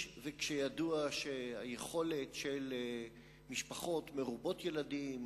וכשידוע שהיכולת של משפחות מרובות ילדים,